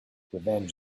revenge